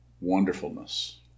wonderfulness